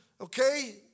Okay